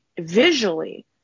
visually